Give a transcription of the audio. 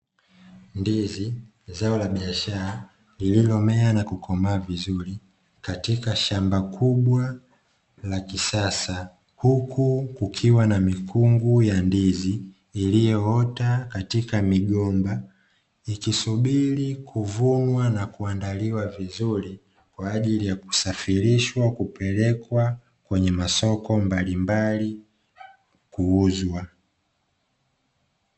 Ndizi, zao la biashara lililomea na kukomaa vizuri katika shamba kubwa la kisasa. Huku kukiwa na mikungu ya ndizi iliyoota katika migomba, ikisubiri kuvunwa na kuandaliwa vizuri kwa ajili ya kusafirishwa kupelekwa kwenye masoko mbalimbali kuuzwa.